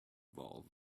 valve